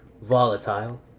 volatile